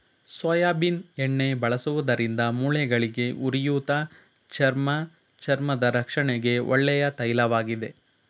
soybean ಎಣ್ಣೆ ಬಳಸುವುದರಿಂದ ಮೂಳೆಗಳಿಗೆ, ಉರಿಯೂತ, ಚರ್ಮ ಚರ್ಮದ ರಕ್ಷಣೆಗೆ ಒಳ್ಳೆಯ ತೈಲವಾಗಿದೆ